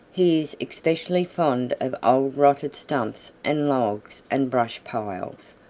he is especially fond of old rotted stumps and logs and brush piles,